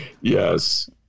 Yes